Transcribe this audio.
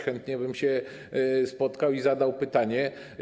Chętnie bym się spotkał i zadał pytanie.